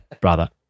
brother